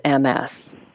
MS